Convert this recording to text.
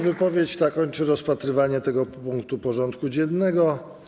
Wypowiedź ta kończy rozpatrywanie tego punktu porządku dziennego.